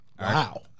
Wow